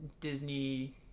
disney